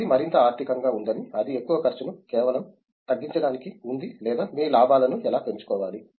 ఇది మరింత ఆర్థికంగా ఉందని అది ఎక్కువ ఖర్చును కేవలం తగ్గించడానికి ఉంది లేదా మీ లాభాలను ఎలా పెంచుకోవాలి